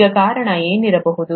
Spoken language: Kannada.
ಈಗ ಕಾರಣ ಏನಿರಬಹುದು